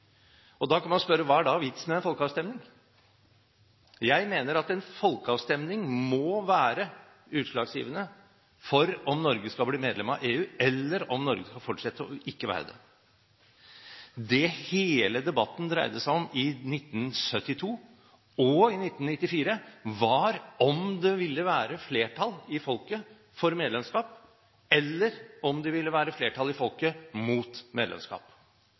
resultat! Da kan man spørre: Hva er da vitsen med en folkeavstemning? Jeg mener at en folkeavstemning må være utslagsgivende for om Norge skal bli medlem av EU, eller om Norge skal fortsette å ikke være det. Det hele debatten dreide seg om i 1972 og i 1994, var om det ville være flertall i folket for medlemskap, eller om det ville være flertall i folket mot medlemskap.